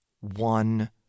one